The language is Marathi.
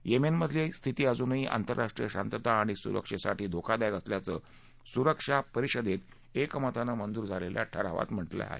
येमेनमधली स्थिती अजूनही आंतरराष्ट्रीय शांतता आणि सुरक्षेसाठी धोकादायक असल्याचं सुरक्षा परिषदेत एकमतानं मंजूर झालेल्या ठरावात म्हटलं आहे